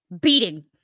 Beating